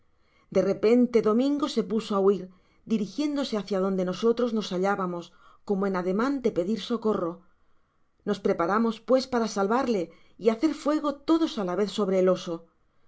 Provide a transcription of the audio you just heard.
de repente domingo se puso á huir dirigiéndose bácia donde nosotros nos hallábamos como en ademan de pedir socorro nos preparamos pues para salvarle y hacer fuego todos á la vez sobre el oso